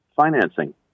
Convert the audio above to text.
financing